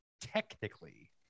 technically